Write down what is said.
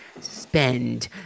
Spend